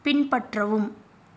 பின்பற்றவும்